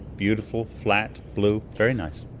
beautiful, flat, blue, very nice.